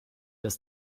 dass